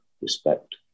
respect